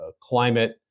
climate